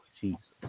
Jesus